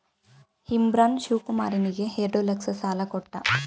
ಇಮ್ರಾನ್ ಶಿವಕುಮಾರನಿಗೆ ಎರಡು ಲಕ್ಷ ಸಾಲ ಕೊಟ್ಟ